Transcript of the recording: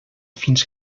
fins